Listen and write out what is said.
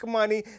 money